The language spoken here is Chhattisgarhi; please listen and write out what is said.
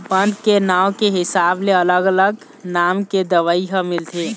बन के नांव के हिसाब ले अलग अलग नाम के दवई ह मिलथे